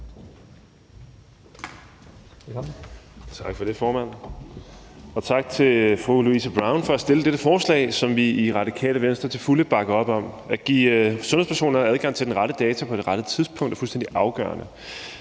Tak for det, formand, og tak til fru Louise Brown for at fremsætte dette forslag, som vi i Radikale Venstre til fulde bakker op om. At give sundhedspersoner adgang til de rette data på det rette tidspunkt er fuldstændig afgørende,